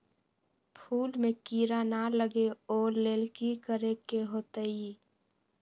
फूल में किरा ना लगे ओ लेल कि करे के होतई?